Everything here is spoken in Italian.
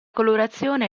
colorazione